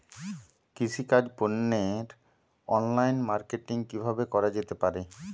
কৃষিজাত পণ্যের online marketing কিভাবে করা যেতে পারে?